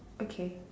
okay